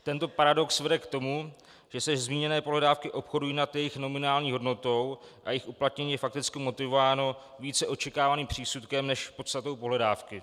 Tento paradox vede k tomu, že se zmíněné pohledávky obchodují nad jejich nominální hodnotou a jejich uplatnění je fakticky motivováno více očekávaným přísudkem než podstatou pohledávky.